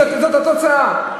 זאת התוצאה.